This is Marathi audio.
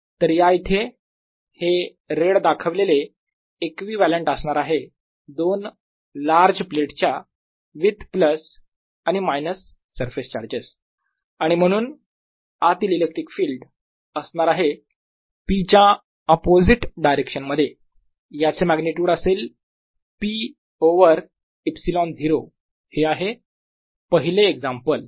तर या इथे हे रेड दाखवलेले इक्विवलेंट असणार आहे दोन लार्ज प्लेटच्या विथ प्लस आणि मायनस सरफेस चार्जेस आणि म्हणून आतील इलेक्ट्रिक फील्ड असणार आहे p च्या अपोझिट डायरेक्शन मध्ये याचे मॅग्निट्युड असेल p ओवर ε0 हे आहे पहिले एक्झाम्पल